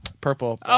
purple